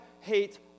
hate